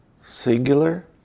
singular